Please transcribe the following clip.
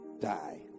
die